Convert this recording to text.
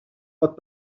pot